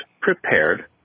prepared